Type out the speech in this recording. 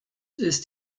ist